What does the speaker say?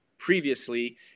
previously